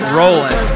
rolling